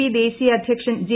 P ദേശീയ അദ്ധ്യക്ഷൻ J